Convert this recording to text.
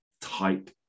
type